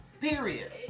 Period